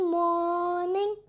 morning